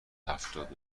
هفتاد